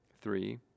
three